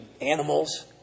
animals